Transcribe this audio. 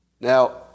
Now